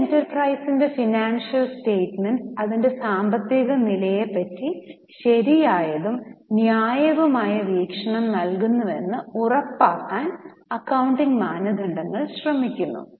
ഒരു എന്റർപ്രൈസസിന്റെ financial statements അതിൻ്റെ സാമ്പത്തിക നിലയെ പറ്റി ശരിയായതും ന്യായവുമായ വീക്ഷണം നൽകുന്നുവെന്ന് ഉറപ്പാക്കാൻ അക്കൌണ്ടിംഗ് മാനദണ്ഡങ്ങൾ ശ്രമിക്കുന്നു